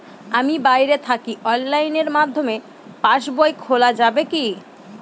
আমি বাইরে থাকি অনলাইনের মাধ্যমে পাস বই খোলা যাবে কি?